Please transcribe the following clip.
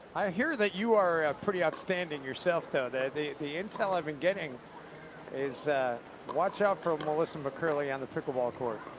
i hear that you are pretty outstanding yourself though. the the intel i've been getting is watch out for melissa mccurley on the pickleball court.